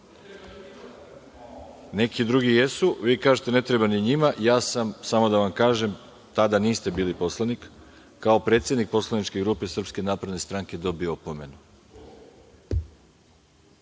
Neki drugi jesu. Vi kažete – ne treba ni njima. Ja sam, samo da vam kažem, tada niste bili poslanik, kao predsednik poslaničke grupe SNS, dobio opomenu.